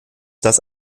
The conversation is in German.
das